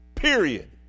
period